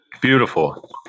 Beautiful